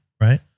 right